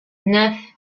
neuf